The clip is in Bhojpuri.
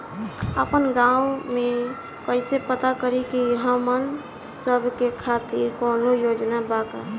आपन गाँव म कइसे पता करि की हमन सब के खातिर कौनो योजना बा का?